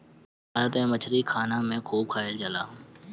भारत में मछरी खाना में खूब खाएल जाला